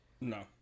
No